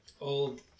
old